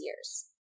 years